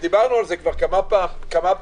דיברנו על זה כמה פעמים.